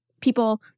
people